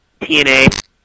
TNA